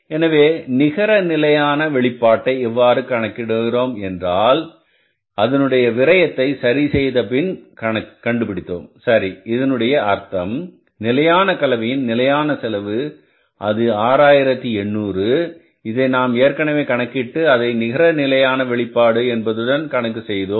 எனவே நிகர நிலையான வெளிப்பாட்டை எவ்வாறு கணக்கிடும் என்றால் அதனுடைய விரயத்தை சரி செய்த பின் கண்டுபிடித்தோம் சரி இதனுடைய அர்த்தம் நிலையான கலவையின் நிலையான செலவு அது 6800 இதை நாம் ஏற்கனவே கணக்கீட்டு அதை நிகர நிலையான வெளிப்பாடு என்பதுடன் கணக்கு செய்தோம்